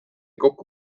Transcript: kokku